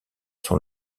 sont